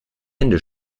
hände